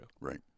right